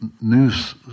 news